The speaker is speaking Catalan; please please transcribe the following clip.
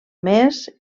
més